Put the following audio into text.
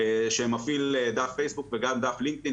שמפעיל דף פייסבוק וגם דף לינקים,